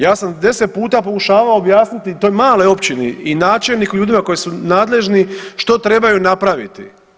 Ja sam deset puta pokušavao objasniti toj maloj općini i načelniku i ljudima koji su nadležni što trebaju napraviti.